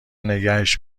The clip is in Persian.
نگهش